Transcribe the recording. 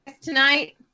tonight